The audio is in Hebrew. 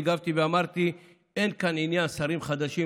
הגבתי ואמרתי: אין כאן עניין של שרים חדשים,